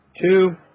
two